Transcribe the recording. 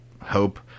hope